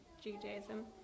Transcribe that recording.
Judaism